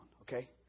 okay